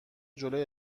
جلوی